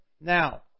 Now